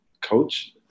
coach